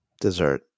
Dessert